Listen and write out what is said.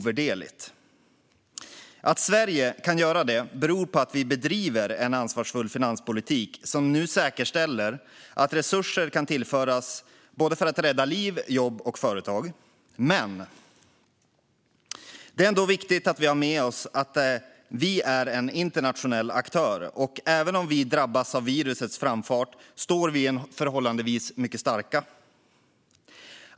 Sverige kan göra det eftersom vi bedriver en ansvarsfull finanspolitik som nu säkerställer att resurser kan tillföras för att rädda såväl liv som jobb och företag. Men det är ändå viktigt att vi har med oss att vi är en internationell aktör. Även om vi drabbas av virusets framfart står vi förhållandevis mycket starka.